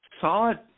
solid